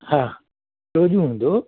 हा टियों ॾींहं हूंदो